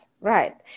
right